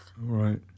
Right